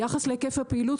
ביחס להיקף הפעילות,